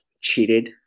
cheated